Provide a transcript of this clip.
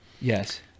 Yes